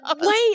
wait